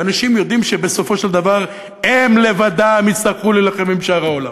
ואנשים יודעים שבסופו של דבר הם לבדם יצטרכו להילחם עם שאר העולם.